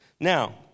Now